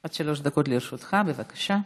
עד שלוש דקות לרשותך, בבקשה.